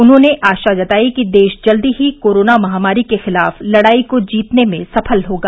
उन्होंने आशा जताई कि देश जल्द ही कोरोना महामारी के खिलाफ लड़ाई को जीतने में सफल होगा